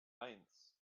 eins